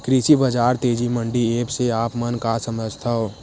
कृषि बजार तेजी मंडी एप्प से आप मन का समझथव?